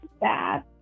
bad